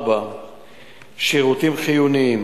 4. שירותים חיוניים,